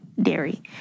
dairy